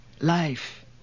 life